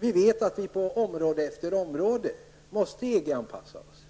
Vi vet att vi på område efter område måste EG-anpassa oss.